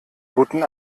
guten